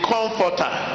Comforter